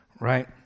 right